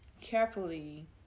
carefully